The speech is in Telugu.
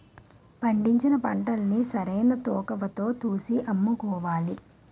పండించిన పంటల్ని సరైన తూకవతో తూసి అమ్ముకోవాలి